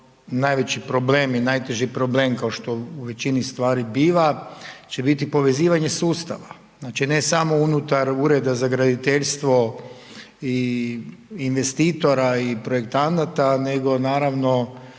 najveći problem i najteži problem kao što u većini stvari biva će biti povezivanje sustava. Znači, ne samo unutar Ureda za graditeljstvo i investitora i projektanata, nego naravno